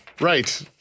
Right